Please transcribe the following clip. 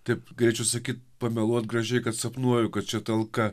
taip galėčiau sakyt pameluot gražiai kad sapnuoju kad čia talka